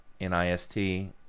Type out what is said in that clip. NIST